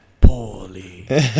poorly